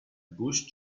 bush